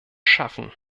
schaffen